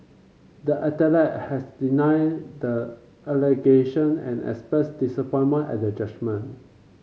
the athlete has denied the allegation and expressed disappointment at the judgment